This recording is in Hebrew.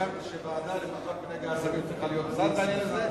חשבתי שהוועדה למאבק בנגע הסמים צריכה להיות צד בעניין הזה,